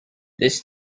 this